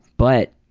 but